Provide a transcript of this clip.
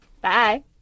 Bye